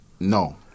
No